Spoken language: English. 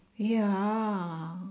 ya